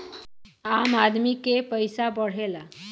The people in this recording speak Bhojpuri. आम आदमी के पइसा बढ़ेला